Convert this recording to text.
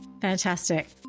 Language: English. Fantastic